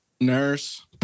Nurse